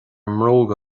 mbróga